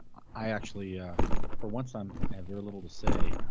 i actually for once i'm i have very little to say.